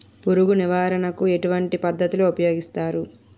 పురుగు నివారణ కు ఎటువంటి పద్ధతులు ఊపయోగిస్తారు?